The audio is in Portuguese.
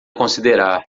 considerar